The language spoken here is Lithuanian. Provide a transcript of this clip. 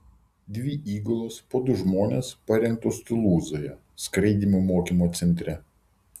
dvi įgulos po du žmones parengtos tulūzoje skraidymų mokymo centre